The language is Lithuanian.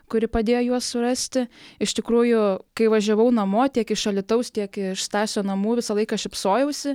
kuri padėjo juos surasti iš tikrųjų kai važiavau namo tiek iš alytaus tiek iš stasio namų visą laiką šypsojausi